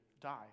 die